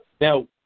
Now